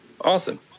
Awesome